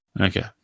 okay